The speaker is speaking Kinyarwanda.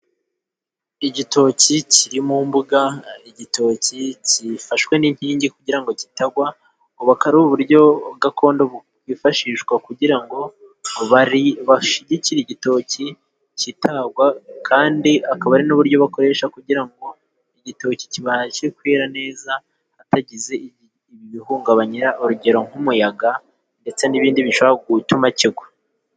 Igitoki kiri mu mbuga, igitoki gifashwe n'inkingi kugira ngo kitagwa, ubu bukaba ari uburyo gakondo bwifashishwa kugira ngo bashyigikire igitoki kitagwa, kandi akaba ari n'uburyo bakoresha, kugira ngo igitoki kibashe kwera neza hatagize ibigihungabanya, urugero nk'umuyaga ,ndetse n'ibindi bishobora gutuma kigwa.